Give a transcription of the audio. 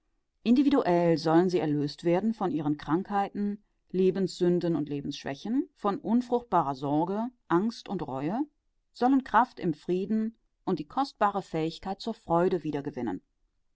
individuell sollen sie erlöst werden von ihren krankheiten lebenssünden und lebensschwächen von unfruchtbarer sorge angst und reue sollen kraft im frieden und die kostbare fähigkeit zur freude